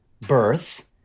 birth